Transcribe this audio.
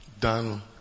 done